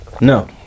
No